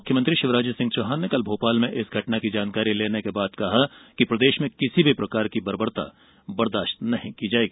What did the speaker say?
मुख्यमंत्री शिवराज सिंह चौहान ने कल भोपाल में इस घटना की जानकारी लेने के बाद कहा कि किसी भी प्रकार की बर्बरता बर्दाश्त नहीं की जाएगी